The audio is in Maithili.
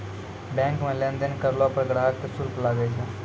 बैंक मे लेन देन करलो पर ग्राहक के शुल्क लागै छै